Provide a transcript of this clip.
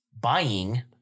buying